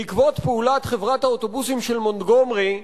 בעקבות פעולת חברת האוטובוסים של מונטגומרי,